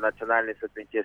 nacionalinės atminties